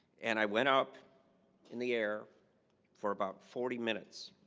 and i went up in the air for about forty minutes.